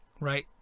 right